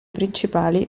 principali